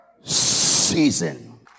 season